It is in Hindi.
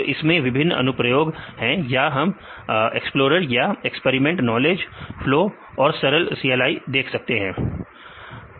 तो इसके विभिन्न अनुप्रयोग हैं या फिर हम एक्सप्लोरर या एक्सपेरिमेंट नॉलेज लो और सरल CLI देख सकते हैं